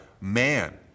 man